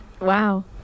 Wow